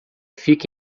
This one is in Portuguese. fica